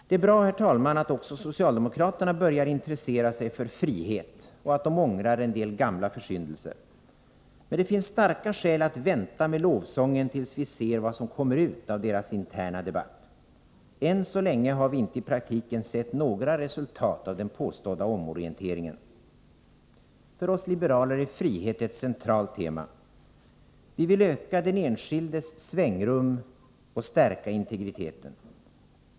Det är bra, herr talman, att också socialdemokraterna börjar intressera sig för frihet och att de ångrar en del gamla försyndelser. Men det finns starka skäl att vänta med lovsången tills vi ser vad som kommer ut av deras interna debatt. Än så länge har vi inte i praktiken sett några resultat av den påstådda omorienteringen. För oss liberaler är frihet ett centralt tema. Vi vill öka den enskildes svängrum och stärka integriteten.